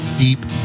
deep